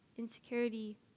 insecurity